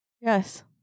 Yes